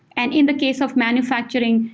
and in the case of manufacturing,